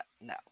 no